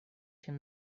him